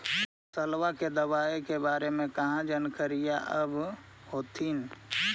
फसलबा के दबायें के बारे मे कहा जानकारीया आब होतीन?